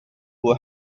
will